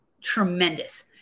tremendous